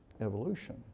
evolution